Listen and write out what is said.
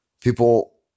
People